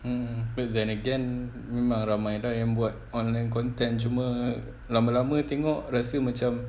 mm but then again memang ramai lah yang buat online content cuma lama-lama tengok rasa macam